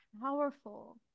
powerful